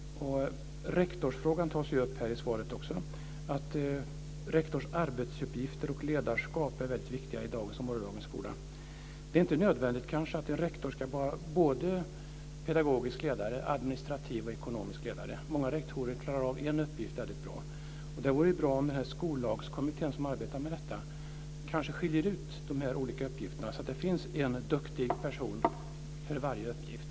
Rektorsfrågan tas upp i svaret också. Rektors arbetsuppgifter och ledarskap är väldigt viktiga i dag och i morgondagens skola. Det är inte nödvändigt att en rektor ska vara både pedagogisk ledare och administrativ och ekonomisk ledare. Många rektorer klarar av en uppgift väldigt bra. Det vore bra om Skollagskommittén skiljer ut de olika uppgifterna så att det finns en duktig person för varje uppgift.